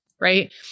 right